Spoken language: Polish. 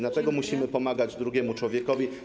Dlatego musimy pomagać drugiemu człowiekowi.